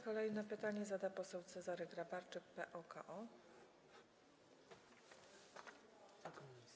Kolejne pytanie zada poseł Cezary Grabarczyk, PO-KO.